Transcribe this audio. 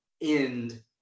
end